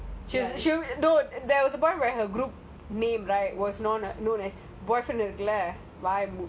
you always like that வாய மூடு:vaaya moodu ya